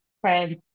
friends